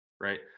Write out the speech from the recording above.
right